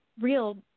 real